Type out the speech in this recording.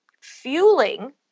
fueling